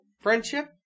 Friendship